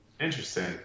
Interesting